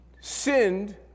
sinned